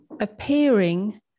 appearing